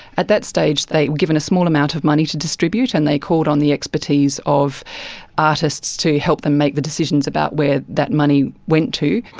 at that stage they were given a small amount of money to distribute and they called on the expertise of artists to help them make the decisions about where that money went to.